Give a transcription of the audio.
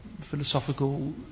philosophical